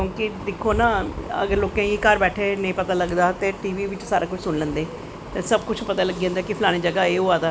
क्योंकि दिक्खो ना अगर घर बैठे दे लोकें गी नेंई पता लग्गदा ते टी बी बिच्च सारे कुश करी लैंदे ते सब कुश पता लग्गी जंदा कि फलानी जगाह् एह् होेआ दा